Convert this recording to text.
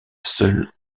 seul